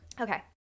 Okay